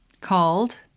called